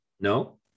No